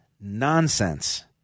nonsense